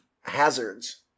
hazards